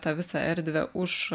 tą visą erdvę už